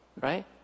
right